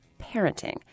parenting